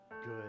good